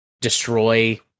destroy